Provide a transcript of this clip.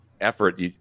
effort